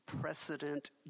precedent